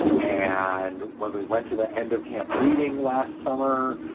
and when we went to the end of camp reading last summer,